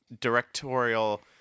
directorial